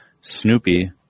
Snoopy